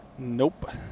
Nope